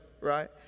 right